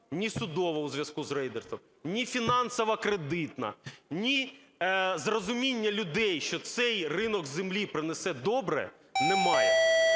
ні судова у зв'язку з рейдерством, ні фінансово-кредитна, ні зрозуміння людей, що цей ринок землі принесе добре, немає.